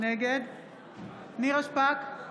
נגד נירה שפק,